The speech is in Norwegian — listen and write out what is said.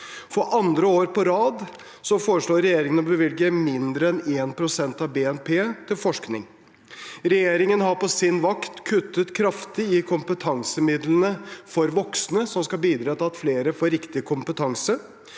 For andre år på rad foreslår regjeringen å bevilge mindre enn 1 pst. av BNP til forskning. Regjeringen har på sin vakt kuttet kraftig i kompetansemidlene for voksne, som skal bidra til at flere får riktig kompetanse,